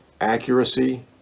accuracy